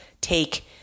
take